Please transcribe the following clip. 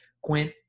Quint